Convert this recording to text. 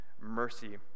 mercy